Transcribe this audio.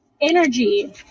energy